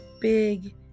big